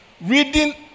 reading